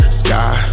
sky